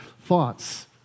thoughts